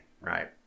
right